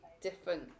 different